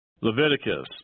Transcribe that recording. Leviticus